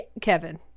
Kevin